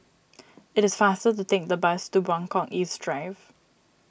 it is faster to take the bus to Buangkok East Drive